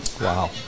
Wow